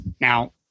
Now